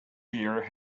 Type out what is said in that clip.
beer